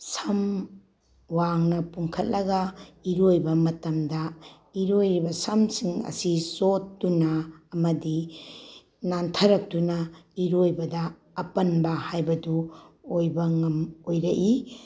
ꯁꯝ ꯋꯥꯡꯅ ꯄꯨꯟꯈꯠꯂꯒ ꯏꯔꯣꯏꯕ ꯃꯇꯝꯗ ꯏꯔꯣꯏꯔꯤꯕ ꯁꯝꯁꯤꯡ ꯑꯁꯤ ꯆꯣꯠꯇꯨꯅ ꯑꯃꯗꯤ ꯅꯥꯟꯊꯔꯛꯇꯨꯅ ꯏꯔꯣꯏꯕꯗ ꯑꯄꯟꯕ ꯍꯥꯏꯕꯗꯨ ꯑꯣꯏꯕ ꯑꯣꯏꯔꯛꯏ